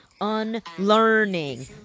unlearning